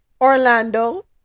Orlando